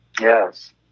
yes